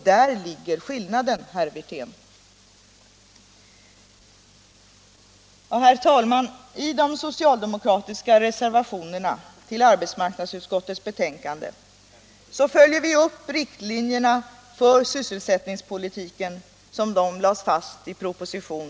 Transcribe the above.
Där ligger skillnaden, herr Wirtén.